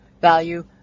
value